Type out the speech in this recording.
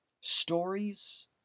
stories